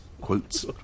quotes